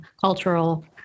cultural